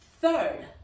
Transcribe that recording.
Third